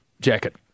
Jacket